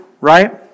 right